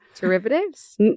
Derivatives